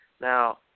Now